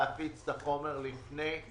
להפיץ את החומר לפני.